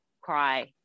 cry